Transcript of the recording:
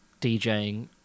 DJing